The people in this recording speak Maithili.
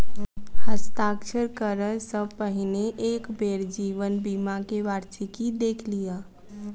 हस्ताक्षर करअ सॅ पहिने एक बेर जीवन बीमा के वार्षिकी देख लिअ